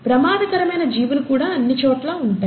ప్రమాదకరమైన జీవులు కూడా అన్ని చోట్లా ఉంటాయి